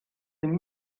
tym